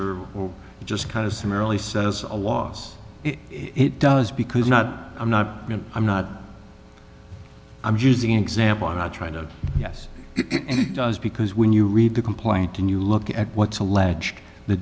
it just kind of summarily says i was it does because not i'm not i'm not i'm using example i'm not trying to yes it does because when you read the complaint and you look at what's alleged the